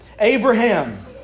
Abraham